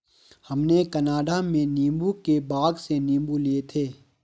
हमने कनाडा में नींबू के बाग से नींबू लिए थे